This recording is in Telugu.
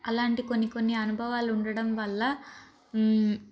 అలాంటి కొన్ని కొన్ని అనుభవాలు ఉండడం వల్ల